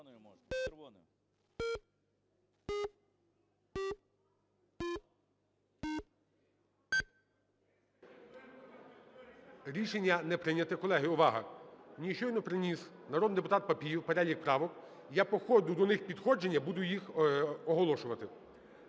Рішення не прийнято. Колеги, увага! Мені щойно приніс народний депутат Папієв перелік правок. Я по ходу до них підходження буду їх оголошувати.